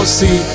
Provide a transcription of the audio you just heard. see